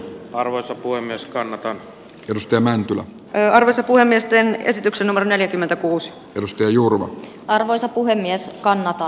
arvoisa puhemies kannattaa tutustua mäntylä jarvisin puhemiesten esityksen on neljäkymmentäkuusi turusta jurmo arvoisa puhemies kannattaa